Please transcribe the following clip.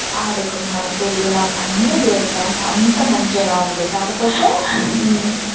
ఆడుకున్నాం తిరిగినాం అన్నీ చేసాం అంతా మంచిగనే ఉంది కాకపోతే